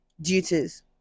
duties